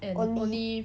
only